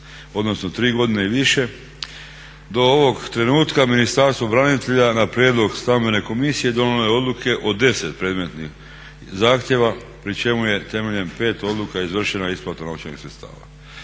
odnosno 3 godine i više. Do ovog trenutka Ministarstvo branitelja na prijedlog stambene komisije donijelo je odluke o 10 predmetnih zahtjeva pri čemu je temeljem 5 odluka izvršena isplata novčanih sredstava.